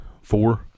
Four